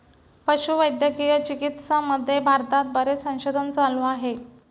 पशुवैद्यकीय चिकित्सामध्ये भारतात बरेच संशोधन चालू आहे